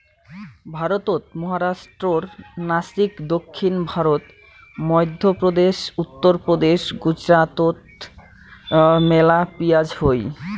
ভারতত মহারাষ্ট্রর নাসিক, দক্ষিণ ভারত, মইধ্যপ্রদেশ, উত্তরপ্রদেশ, গুজরাটত মেলা পিঁয়াজ হই